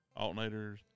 alternators